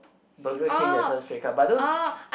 Burger King that sell straight cut but those